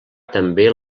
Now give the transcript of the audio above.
també